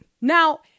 Now